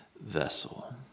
vessel